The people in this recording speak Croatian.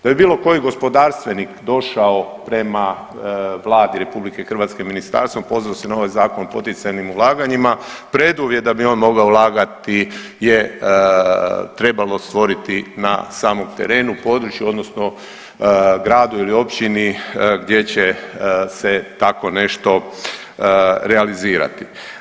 Da bi bilo koji gospodarstvenik došao prema Vladi RH i ministarstvu, pozvao se na ovaj Zakon o poticajnim ulaganjima, preduvjet da bi on mogao ulagati je trebalo stvoriti na samom terenu, području odnosno gradu ili općini gdje će se tako nešto realizirati.